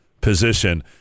position